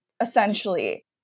essentially